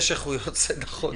זה נכון.